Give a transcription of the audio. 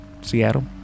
Seattle